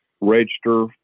register